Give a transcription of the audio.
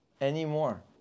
anymore